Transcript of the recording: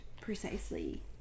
precisely